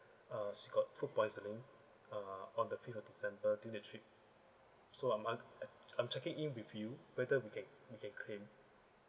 uh she got food poisoning uh on the fifth of december during the trip so I'm I'm checking in with you whether we can we can claim